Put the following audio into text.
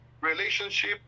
relationship